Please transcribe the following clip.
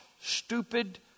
stupid